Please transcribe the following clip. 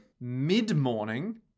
mid-morning